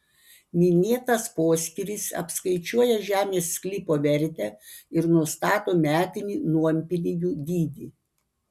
minėtas poskyris apskaičiuoja žemės sklypo vertę ir nustato metinį nuompinigių dydį